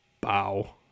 bow